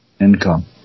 income